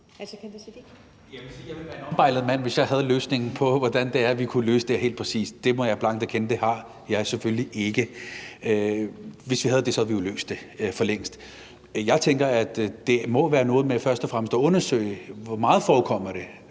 jeg ville være en ombejlet mand, hvis jeg havde løsningen på, hvordan vi helt præcis kunne løse det her, og det må jeg blankt erkende at jeg selvfølgelig ikke har. Hvis vi havde det, havde vi jo løst det for længst. Jeg tænker, at det må være noget med først og fremmest at undersøge, hvor meget det forekommer,